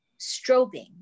strobing